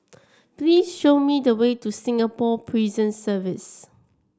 please show me the way to Singapore Prison Service